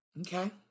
Okay